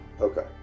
Okay